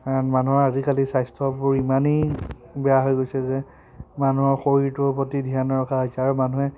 কাৰণ মানুহৰ আজিকালি স্বাস্থ্যবোৰ ইমানেই বেয়া হৈ গৈছে যে মানুহৰ শৰীৰটোৰ প্ৰতি ধ্যান ৰখা হৈছে আৰু মানুহে